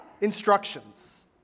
instructions